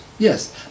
Yes